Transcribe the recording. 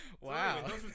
Wow